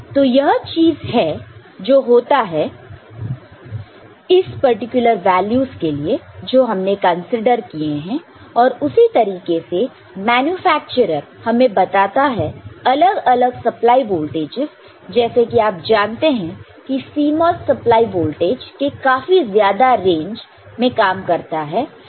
तो यह चीज है जो होता है इस पर्टिकुलर वैल्यूस के लिए जो हमने कंसीडर किए हैं और उसी तरीके से मैन्युफैक्चरर हमें बताता है अलग अलग सप्लाई वोल्टेजस जैसे कि आप जानते हैं कि CMOS सप्लाई वोल्टेज के काफी ज्यादा रेंज में काम करता है